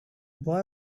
boy